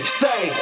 say